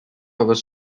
was